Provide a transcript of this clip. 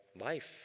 life